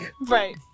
Right